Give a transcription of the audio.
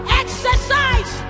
exercise